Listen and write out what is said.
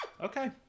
Okay